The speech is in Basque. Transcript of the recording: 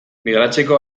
migratzeko